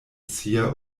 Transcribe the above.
sia